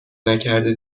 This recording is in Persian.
نکرده